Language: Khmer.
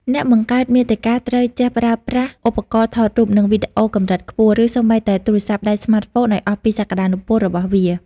អ្នកបង្កើតមាតិកាត្រូវចេះប្រើប្រាស់ឧបករណ៍ថតរូប និងវីដេអូកម្រិតខ្ពស់ ឬសូម្បីតែទូរស័ព្ទដៃស្មាតហ្វូនឱ្យអស់ពីសក្តានុពលរបស់វា។